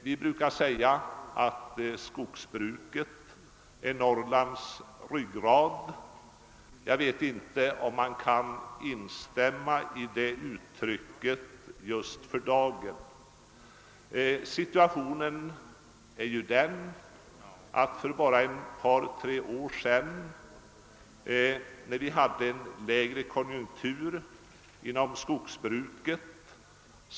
Vi brukar säga att skogsbruket är Norrlands ryggrad. Jag vet inte om man kan instämma i det uttalandet just för dagen. Situationen var ju för ett par tre år sedan den att vi hade lågkonjunktur inom skogsbruket.